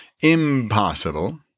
Impossible